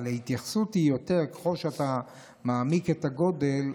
אבל ההתייחסות היא שככל שאתה מעמיק את הגודל,